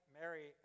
Mary